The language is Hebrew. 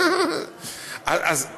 אני